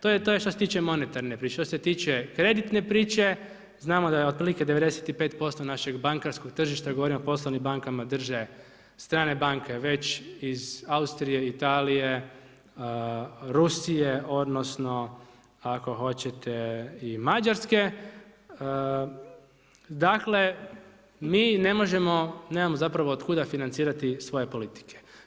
To je što se tiče monetarne priče, što se tiče kreditne priče, znamo da je otprilike 95% našeg bankarskog tržišta, govorim o poslovnim bankama, drže strane banke, već iz Austrije, Italije, Rusije, odnosno, ako hoćete i Mađarske, dakle, mi ne možemo, nemamo zapravo od kuda financirati svoje politike.